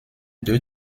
deux